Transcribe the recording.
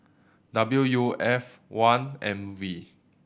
W U F one M V